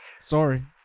Sorry